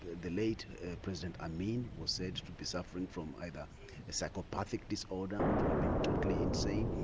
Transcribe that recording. the late president amin was said to be suffering from either a psychopathic disorder or to have been totally insane.